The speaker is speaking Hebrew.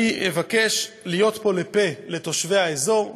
אני אבקש להיות פה לפה לתושבי האזור,